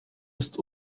ist